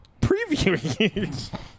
previewing